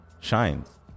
shines